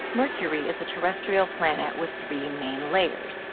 mercury is a terrestrial planet with three main layers,